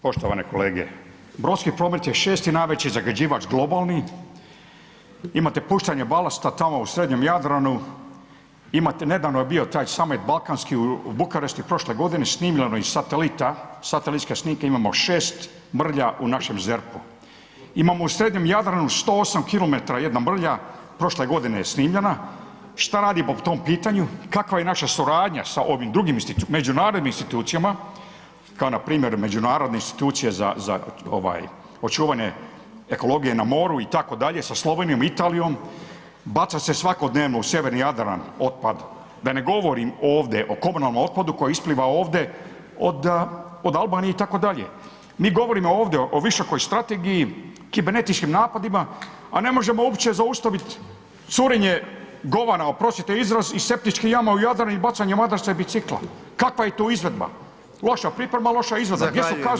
Poštovane kolege, brodski promet je šesti najveći zagađivač globalni, imate puštanje balasta tamo u srednjem Jadranu, imate, nedavno je bio taj samit balkanski u Bukarest i prošle godine snimljeno iz satelita, satelitske snimke imamo 6 mrlja u našem ZERP-u, imamo u srednjem Jadranu 108 km jedna mrlja, prošle godine je snimljena, šta radi po tom pitanju, kakva je naša suradnja sa ovim drugim institucijama, međunarodnim institucijama kao npr. međunarodne institucije za, za očuvanje ekologije na moru itd., sa Slovenijom, Italijom, baca se svakodnevno u sjeverni Jadran otpad, da ne govorim ovde o komunalnom otpadu koji je isplivao ovde od Albanije itd., mi govorimo ovde o visokoj strategiji, kibernetičkim napadima, a ne možemo uopće zaustavit curenje govana, oprostite izraz, iz septičkih jama u Jadran i bacanje madraca i bicikla, kakva je to izvedba, loša priprema, loša izvedba [[Upadica: Zahvaljujem…]] gdje su kazne?